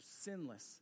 sinless